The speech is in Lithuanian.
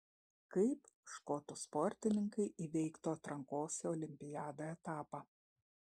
kaip škotų sportininkai įveiktų atrankos į olimpiadą etapą